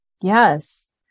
Yes